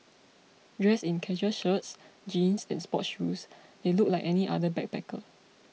dressed in casual shirts jeans and sports shoes they looked like any other backpacker